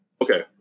Okay